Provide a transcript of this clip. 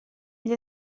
gli